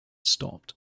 stopped